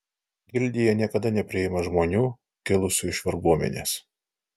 gildija niekada nepriima žmonių kilusių iš varguomenės